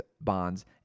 bonds